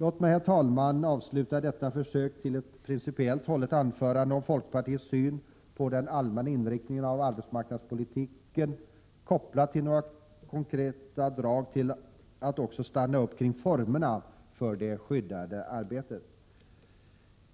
Låt mig, herr talman, avsluta detta försök till ett principiellt hållet anförande om folkpartiets syn på den allmänna inriktningen av arbetsmarknadspolitiken, kopplat till några konkreta drag, med att också beröra formerna för det skyddade arbetet.